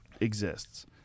exists